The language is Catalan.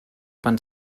van